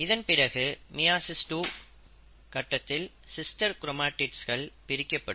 இதன்பிறகு மியாசிஸ் 2 கட்டத்தில் சிஸ்டர் கிரோமடிட்ஸ்கள் பிரிக்கப்படும்